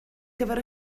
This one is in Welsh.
gyfer